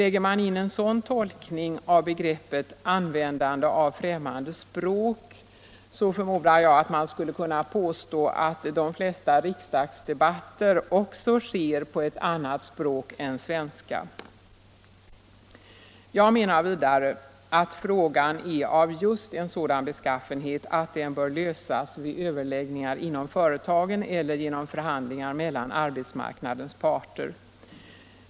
Gör man en sådan tolkning av begreppet Fredagen den ”användande av främmande språk”, förmodar jag att man skulle kunna 12 december 1975 påstå att de flesta riksdagsdebatter också sker på ett annat språk än svenska. I Ny aktiebolagslag, Jag menar vidare att frågan är av just en sådan beskaffenhet att den — m.m. bör lösas vid överläggningar inom företagen eller genom förhandlingar mellan arbetsmarknadens parter.